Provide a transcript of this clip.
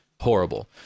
horrible